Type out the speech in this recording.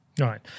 Right